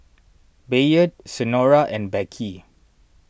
Bayard Senora and Beckie